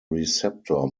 receptor